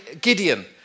Gideon